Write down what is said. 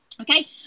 Okay